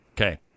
Okay